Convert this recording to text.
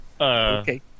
Okay